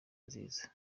nziza